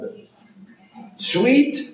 Sweet